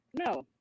No